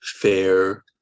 fair